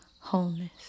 wholeness